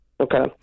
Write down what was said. Okay